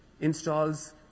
installs